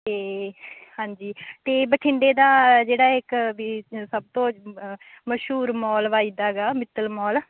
ਅਤੇ ਹਾਂਜੀ ਅਤੇ ਬਠਿੰਡੇ ਦਾ ਜਿਹੜਾ ਇੱਕ ਵੀ ਸਭ ਤੋਂ ਮਸ਼ਹੂਰ ਮੋਲ ਵੱਜਦਾ ਗਾ ਮਿੱਤਲ ਮੋਲ